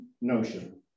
notion